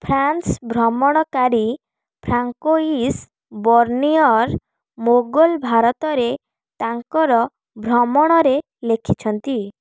France ଭ୍ରମଣକାରୀ Francois Bernier Mughal ଭାରତରେ ତାଙ୍କର ଭ୍ରମଣରେ ଲେଖିଛନ୍ତି